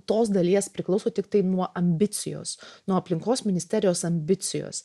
tos dalies priklauso tiktai nuo ambicijos nuo aplinkos ministerijos ambicijos